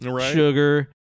sugar